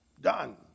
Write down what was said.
Done